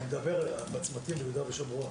אני מדבר על הצמתים ביהודה ושומרון.